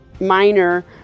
minor